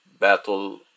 Battle